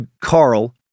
Carl